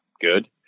good